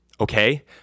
okay